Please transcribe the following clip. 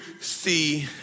see